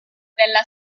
della